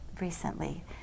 recently